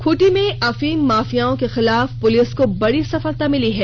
खूंटी में अफीम माफियाओं के खिलाफ पुलिस को बड़ी सफलता मिली है